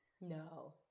No